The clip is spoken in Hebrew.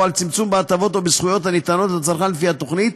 על צמצום בהטבות או בזכויות הניתנות לצרכן לפי התוכנית,